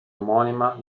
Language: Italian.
omonima